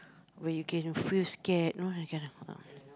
where you can feel scared you know that kind of